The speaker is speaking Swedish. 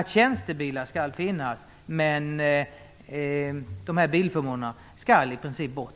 Tjänstebilar skall få finnas, men bilförmånerna skall i princip bort.